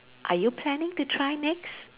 are you planning to try next